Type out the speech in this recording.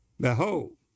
Behold